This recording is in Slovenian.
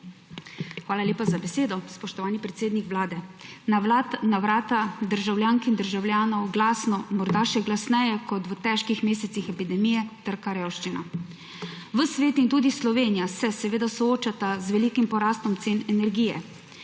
Hvala lepa za besedo. Spoštovani predsednik Vlade! Na vrata državljank in državljanov glasno, morda še glasneje kot v težkih mesecih epidemije, trka revščina. Ves svet in tudi Slovenija se soočata z velikim porastom cen energije.